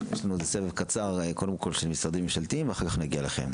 יש לנו סבב קצר קודם כל של משרדים ממשלתיים ואחר כך נגיע אליכם,